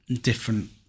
different